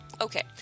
Okay